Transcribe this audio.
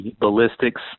ballistics